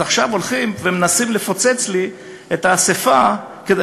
אז עכשיו מנסים לפוצץ לי את האספה כדי